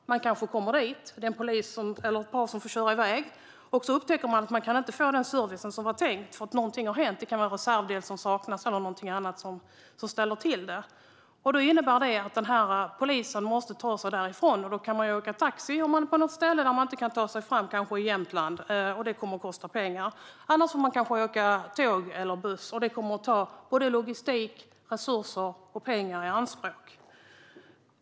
Det är kanske ett par poliser som får köra i väg, och så upptäcker de att de inte kan få den service som var tänkt därför att något har hänt. Det kan vara en reservdel som saknas eller något annat som ställer till det. Detta innebär att poliserna måste ta sig därifrån, och då kan de åka taxi om de är på ett ställe där de inte kan ta sig fram, kanske i Jämtland. Det kommer att kosta pengar. Annars får de kanske åka tåg eller buss, och detta kommer att ta såväl logistik som resurser och pengar i anspråk.